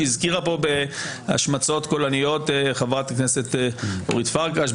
שהזכירה פה בהשמצות קולניות חברת הכנסת אורית פרקש,